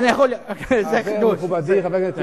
אני מסכים עם כל מה שאמרת, אבל תרד מהבמה.